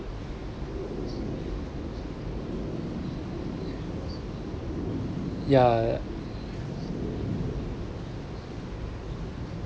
ya